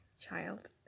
Child